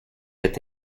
êtes